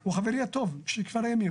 הוא חברי הטוב משכבר הימים,